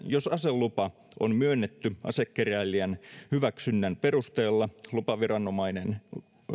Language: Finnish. jos aselupa on myönnetty asekeräilijän hyväksynnän perusteella lupaviranomainen